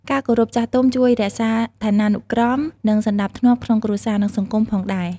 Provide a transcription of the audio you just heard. ការគោរពចាស់ទុំជួយរក្សាឋានានុក្រម និងសណ្តាប់ធ្នាប់ក្នុងគ្រួសារ និងសង្គមផងដែរ។